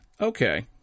okay